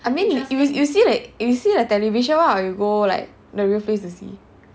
I mean if you see the television [one] or you go like the real place to see